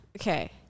Okay